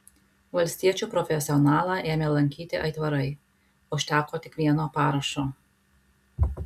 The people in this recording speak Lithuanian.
valstiečių profesionalą ėmė lankyti aitvarai užteko tik vieno parašo